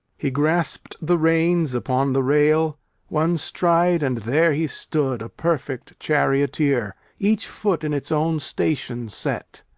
he grasped the reins upon the rail one stride and there he stood, a perfect charioteer, each foot in its own station set.